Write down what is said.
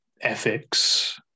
ethics